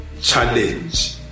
challenge